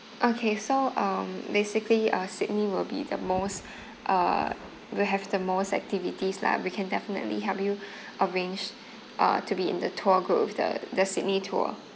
okay so um basically uh sydney will be the most uh will have the most activities lah we can definitely help you arrange uh to be in the tour group with the the sydney tour